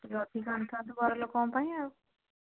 ଟିକିଏ ଅଧିକା ଆଣିଥାନ୍ତୁ ଘର ଲୋକଙ୍କ ପାଇଁ ଆଉ